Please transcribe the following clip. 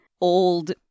old